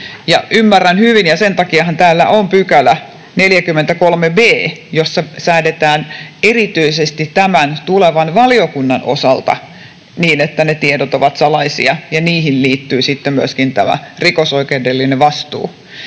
Ymmärrän hyvin — ja sen takiahan täällä on 43 b §, jossa säädetään erityisesti tämän tulevan valiokunnan osalta — että ne tiedot ovat salaisia ja niihin liittyy sitten myöskin tämä rikosoikeudellinen vastuu.